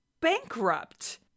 bankrupt